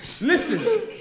listen